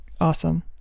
Awesome